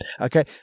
okay